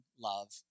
love